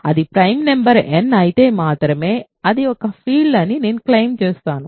అది prime number n అయితే మాత్రమే అది ఒక ఫీల్డ్ అని నేను క్లెయిమ్ చేస్తాను